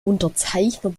unterzeichner